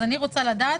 אז אני רוצה לדעת.